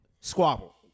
squabble